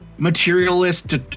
materialist